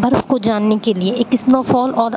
برف کو جاننے کے لیے ایک اسنوفال اور